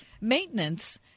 maintenance